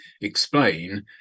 explain